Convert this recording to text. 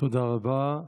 תודה רבה.